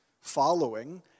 following